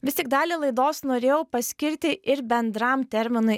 vis tik dalį laidos norėjau paskirti ir bendram terminui